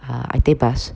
uh I take bus